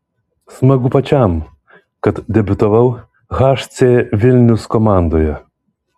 smagu pačiam kad debiutavau hc vilnius komandoje